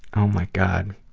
oh my god.